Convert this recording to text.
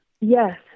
Yes